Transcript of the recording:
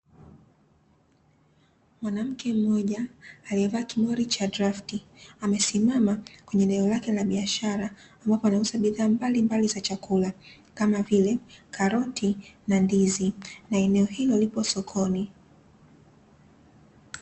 Mwanamke mmoja aliyevaa kimori cha drafti, amesimama kwenye eneo lake la biashara, ambapo anauza bidhaa mbalimbali za chakula kama vile; karoti na ndizi, na eneo hilo lipo sokoni.